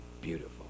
beautiful